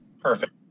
Perfect